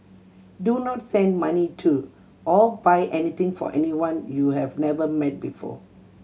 do not send money to or buy anything for anyone you have never met before